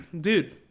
Dude